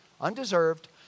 undeserved